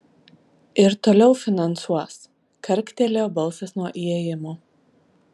ir toliau finansuos karktelėjo balsas nuo įėjimo